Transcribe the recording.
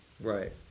Right